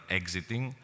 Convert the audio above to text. exiting